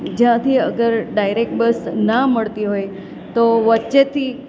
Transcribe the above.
જ્યાંથી અગર direct bus ના મળતી હોય તો વચ્ચેથી